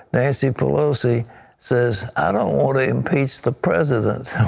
nancy pelosi says, i don't want to impeach the president.